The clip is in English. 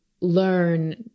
learn